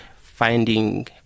finding